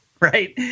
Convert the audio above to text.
right